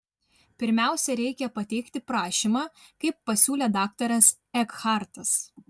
pirmiausia reikia pateikti prašymą kaip pasiūlė daktaras ekhartas